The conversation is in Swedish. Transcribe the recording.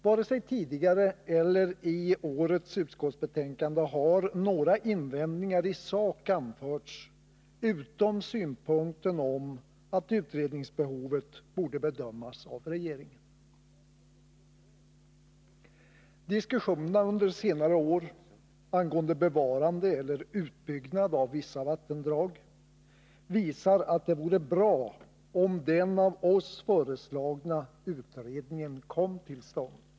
Varken tidigare eller i årets utskottsbetänkande har några invändningar i sak anförts — utom synpunkten att utredningsbehovet borde bedömas av regeringen. Diskussionerna under senare år angående bevarande eller utbyggnad av vissa vattendrag visar att det vore bra om den av oss föreslagna utredningen kom till stånd.